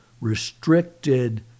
restricted